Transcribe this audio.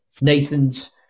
Nathan's